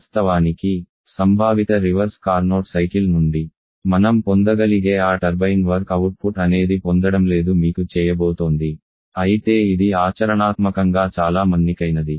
వాస్తవానికి సంభావిత reverse Carnot cycle నుండి మనం పొందగలిగే ఆ టర్బైన్ వర్క్ అవుట్పుట్ అనేది పొందడంలేదు మీకు చేయబోతోంది అయితే ఇది ఆచరణాత్మకంగా చాలా మన్నికైనది